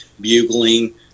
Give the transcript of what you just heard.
bugling